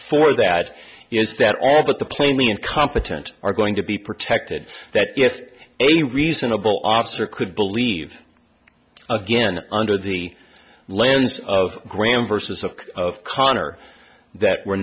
for that is that all but the plainly incompetent are going to be protected that if a reasonable officer could believe again under the lens of graham versus of connor that we're